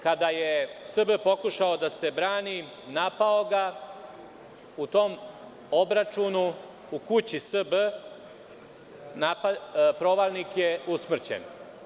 Kada je S.B. pokušao da se brani napao ga je i u tom obračunu, u kući S.B, provalnik je usmrćen.